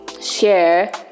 share